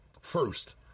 first